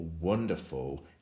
wonderful